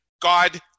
God